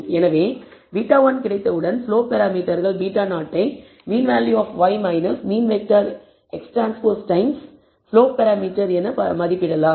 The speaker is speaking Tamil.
எனவே β1 கிடைத்தவுடன் ஸ்லோப் பராமீட்டர்கள் β0 ஐ mean value of y mean vector XT times slope parameter என மதிப்பிடலாம்